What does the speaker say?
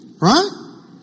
Right